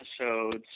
episodes